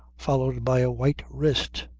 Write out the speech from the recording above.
followed by a white wrist,